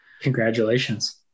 Congratulations